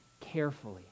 carefully